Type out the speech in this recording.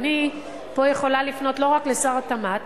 ופה אני יכולה לפנות לא רק לשר התמ"ת,